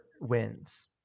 wins